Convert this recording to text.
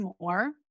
more